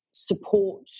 support